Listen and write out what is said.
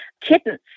kittens